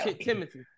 Timothy